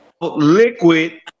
liquid